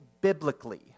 biblically